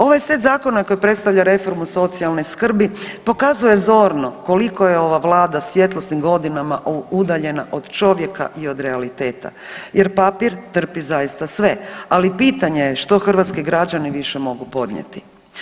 Ovaj set zakona koji predstavlja reformu socijalne skrbi pokazuje zorno koliko je ova Vlada svjetlosnim godinama udaljena od čovjeka i od realiteta jer, papir trpi zaista sve, ali pitanje je što hrvatski građani više mogu podnijeti.